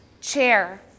Chair